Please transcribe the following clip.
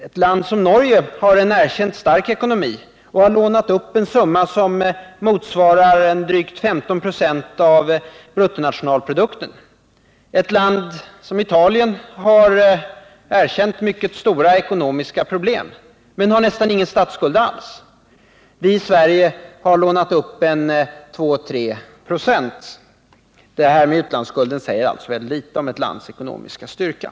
Ett land som Norge har en erkänt stark ekonomi och har lånat upp en summa som motsvarar drygt 15 96 av bruttonationalprodukten. Ett land som Italien har erkänt mycket stora ekonomiska problem men nästan ingen statsskuld alls. Vi i Sverige har lånat upp 2å3 926. Det här med utlandsskuld säger alltså mycket litet om ett lands ekonomiska styrka.